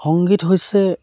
সংগীত হৈছে